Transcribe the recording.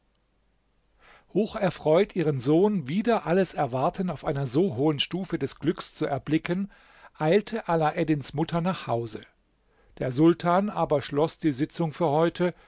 hoch erfreut ihren sohn wider alles erwarten auf einer so hohen stufe des glücks zu erblicken eilte alaeddins mutter nach hause der sultan aber schloß die sitzung für heute